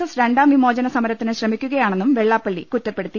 S രണ്ടാം വിമോചന സമരത്തിന് ശ്രമിക്കുക യാണെന്നും വെള്ളാപ്പള്ളി കുറ്റപ്പെടുത്തി